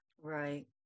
Right